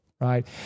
right